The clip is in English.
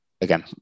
again